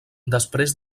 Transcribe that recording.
després